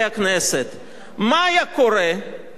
תיאורטי,